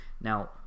Now